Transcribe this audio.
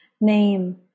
name